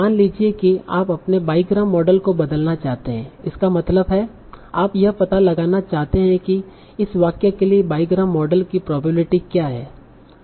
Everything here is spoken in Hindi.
मान लीजिए कि आप अपने बाईग्राम मॉडल को बदलना चाहते हैं इसका मतलब है आप यह पता लगाना चाहते हैं कि इस वाक्य के लिए बाईग्राम मॉडल की प्रोबेबिलिटी क्या है